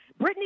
Britney